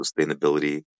sustainability